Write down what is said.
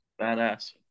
Badass